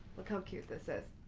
look how cute this is.